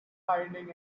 hiding